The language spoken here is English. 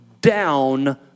down